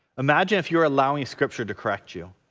imagine if you're allowing scripture to correct you,